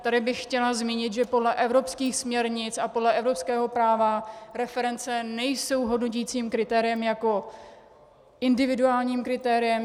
Tady bych chtěla zmínit, že podle evropských směrnic a podle evropského práva reference nejsou hodnoticím kritériem jako individuálním kritériem.